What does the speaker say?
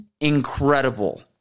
incredible